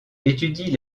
étudie